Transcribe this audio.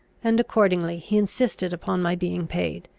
and accordingly he insisted upon my being paid.